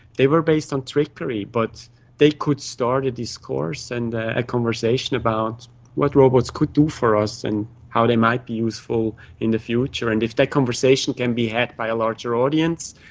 they were based on trickery but they could start a discourse and a a conversation about what robots could do for us and how they might be useful in the future. and if that conversation can be had by a larger audience,